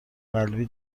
قلبی